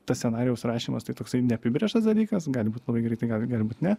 tas scenarijaus rašymas tai toksai neapibrėžtas dalykas gali būt labai greitai gali gali būt ne